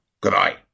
Goodbye